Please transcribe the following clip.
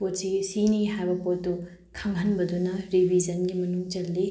ꯄꯣꯠꯁꯤꯒꯤ ꯁꯤꯅꯤ ꯍꯥꯏꯕ ꯄꯣꯠꯇꯨ ꯈꯪꯍꯟꯕꯗꯨꯅ ꯔꯤꯕꯤꯖꯟꯒꯤ ꯃꯅꯨꯡ ꯆꯜꯂꯤ